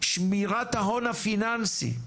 שמירת ההון הפיננסי.